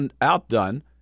outdone